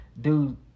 Dude